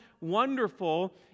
wonderful